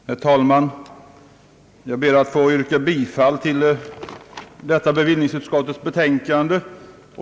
Herr talman! Jag ber att få yrka bifall till detta bevillningsutskottets betänkande.